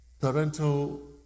Parental